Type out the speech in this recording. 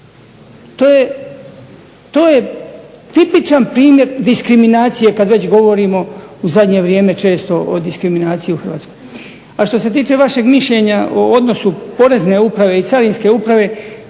To je tipičan primjer diskriminacije kad već govorimo u zadnje vrijeme često o diskriminaciji u Hrvatskoj. A što se tiče vašeg mišljenja o odnosu Porezne uprave i Carinske uprave